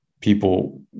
people